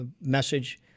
message